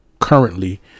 currently